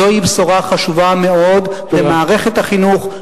זוהי בשורה חשובה מאוד למערכת החינוך,